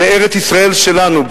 ארץ-ישראל שלנו.